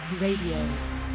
Radio